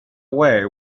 away